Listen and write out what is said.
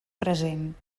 present